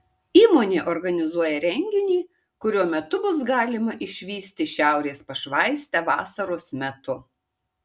įmonė organizuoja renginį kurio metu bus galima išvysti šiaurės pašvaistę vasaros metu